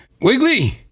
Wiggly